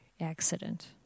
accident